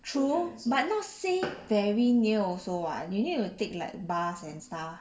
true but not say very near also what you need take like bus and stuff